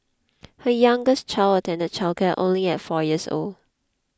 her youngest child attended childcare only at four years old